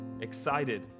excited